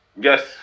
yes